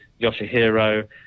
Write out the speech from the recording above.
Yoshihiro